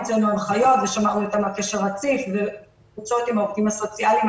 הוצאנו הנחיות ושמרנו איתם על קשר רציף וגם עם העובדים הסוציאליים,